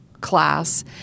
class